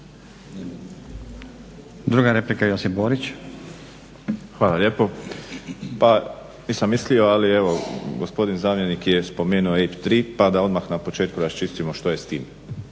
Borić. **Borić, Josip (HDZ)** Hvala lijepo. Pa nisam mislio, ali gospodin zamjenik je spomenuo EIB 3 pa da odmah na početku raščistimo što je s tim.